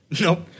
Nope